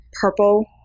purple